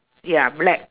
ya black